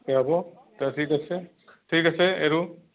দে হ'ব দে ঠিক আছে ঠিক আছে এৰোঁ